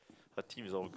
her team is all girl